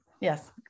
Yes